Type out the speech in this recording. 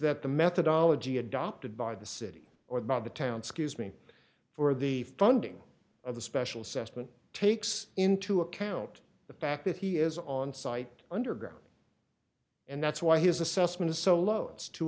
that the methodology adopted by the city or the town scuse me for the funding of the special session takes into account the fact that he is on site underground and that's why his assessment is so low it's two